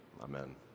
Amen